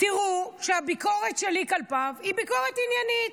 תראו שהביקורת שלי כלפיו היא ביקורת עניינית.